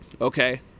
okay